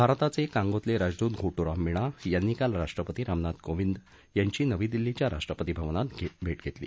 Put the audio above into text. भारताचे कांगोतले राजदूत घोटूराम मीणा यांनी काल राष्ट्रपती रामनाथ कोविंद यांची नवी दिल्लीच्या राष्ट्रपती भवनामधे भेट घेतली